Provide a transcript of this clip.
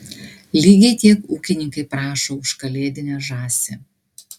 lygiai tiek ūkininkai prašo už kalėdinę žąsį